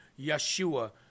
Yeshua